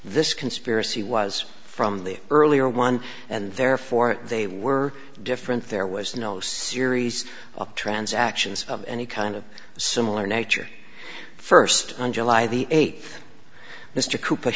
this conspiracy was from the earlier one and therefore they were different there was no series of transactions of any kind of similar nature first on july the eighth mr co